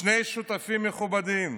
ושני שותפים מכובדים,